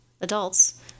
adults